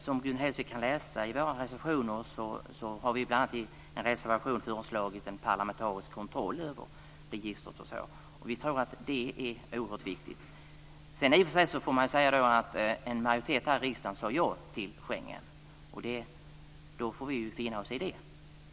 Som Gun Hellsvik kan läsa i våra reservationer har bl.a. i en reservation föreslagits en parlamentarisk kontroll över registret. Vi tror att det är oerhört viktigt. Sedan sade i och för sig en majoritet i riksdagen ja till Schengensamarbetet. Det får vi ju finna oss i.